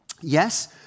Yes